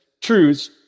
truths